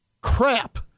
crap